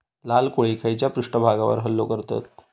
लाल कोळी खैच्या पृष्ठभागावर हल्लो करतत?